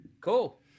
cool